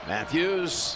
Matthews